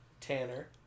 Tanner